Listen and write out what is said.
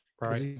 Right